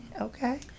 okay